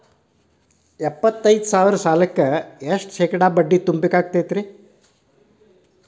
ಎಪ್ಪತ್ತೈದು ಸಾವಿರ ಸಾಲಕ್ಕ ಎಷ್ಟ ಶೇಕಡಾ ಬಡ್ಡಿ ತುಂಬ ಬೇಕಾಕ್ತೈತ್ರಿ?